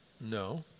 No